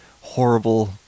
horrible